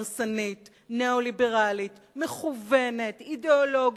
הרסנית, ניאו-ליברלית, מכוונת, אידיאולוגית,